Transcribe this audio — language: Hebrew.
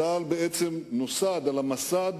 צה"ל בעצם נוסד על המסד